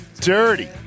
dirty